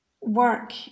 work